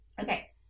Okay